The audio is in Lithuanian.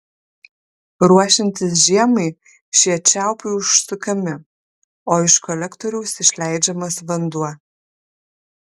ruošiantis žiemai šie čiaupai užsukami o iš kolektoriaus išleidžiamas vanduo